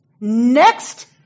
Next